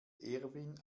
erwin